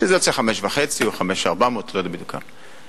שזה יוצא 5,500 או 5,400, לא יודע בדיוק כמה.